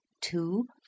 two